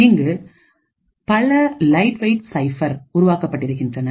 இங்கு பல lightweight cyber உருவாக்கப்பட்டிருக்கின்றன